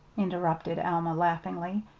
interrupted alma laughingly.